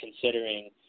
considering